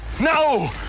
No